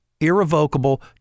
irrevocable